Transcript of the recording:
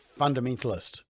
fundamentalist